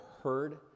heard